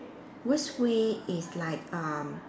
worst way is like um